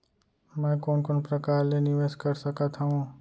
मैं कोन कोन प्रकार ले निवेश कर सकत हओं?